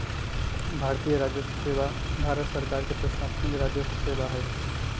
भारतीय राजस्व सेवा भारत सरकार के प्रशासनिक राजस्व सेवा हइ